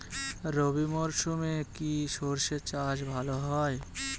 রবি মরশুমে কি সর্ষে চাষ ভালো হয়?